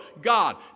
God